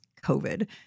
covid